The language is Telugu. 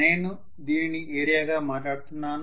నేను దీనిని ఏరియాగా మాట్లాడుతున్నాను